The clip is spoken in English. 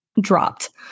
dropped